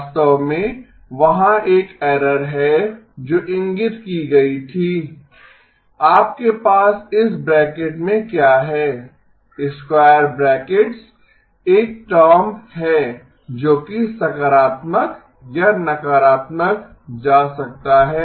वास्तव में वहाँ एक एरर है जो इंगित की गई थी आपके पास इस ब्रैकेट में क्या है स्क्वायर ब्रैकेट्स एक टर्म है जो कि सकारात्मक या नकारात्मक जा सकता है